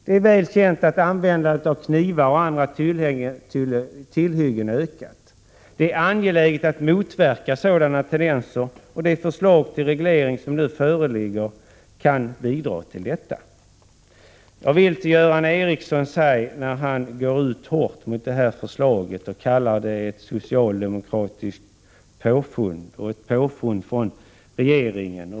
Det är väl känt att användandet av knivar och andra tillhyggen har ökat. Det är angeläget att motverka sådana tendenser, och det förslag till reglering som nu föreligger kan bidra till detta. Göran Ericsson går ut hårt mot förslaget och kallar det ett påfund från den socialdemokratiska regeringen.